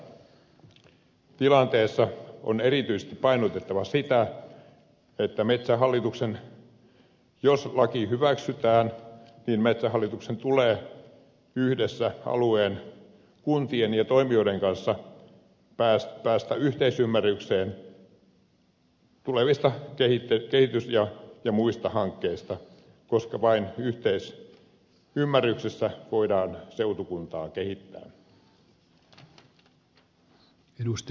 tässä tilanteessa on erityisesti painotettava sitä että metsähallituksen jos laki hyväksytään tulee yhdessä alueen kuntien ja toimijoiden kanssa päästä yhteisymmärrykseen tulevista kehitys ja muista hankkeista koska vain yhteisymmärryksessä voidaan seutukuntaa kehittää